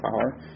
power